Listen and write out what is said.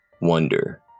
wonder